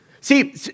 See